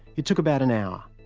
it took about an hour.